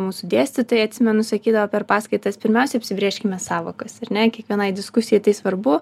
mūsų dėstytojai atsimenu sakydavo per paskaitas pirmiausia apsibrėžkime sąvokas ar ne kiekvienai diskusijai tai svarbu